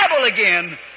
again